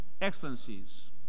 Excellencies